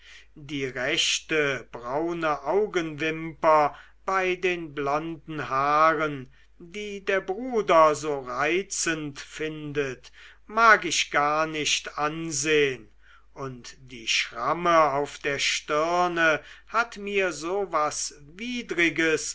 die rechte braune augenwimper bei den blonden haaren die der bruder so reizend findet mag ich gar nicht ansehn und die schramme auf der stirne hat mir so was widriges